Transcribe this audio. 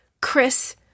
Chris